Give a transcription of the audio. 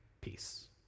peace